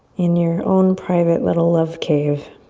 in your own private little love cave.